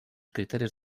criteris